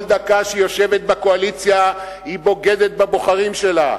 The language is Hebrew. כל דקה שהיא יושבת בקואליציה היא בוגדת בבוחרים שלה.